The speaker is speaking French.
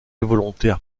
volontaire